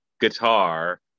guitar